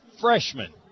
freshman